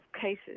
cases